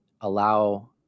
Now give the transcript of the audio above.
allow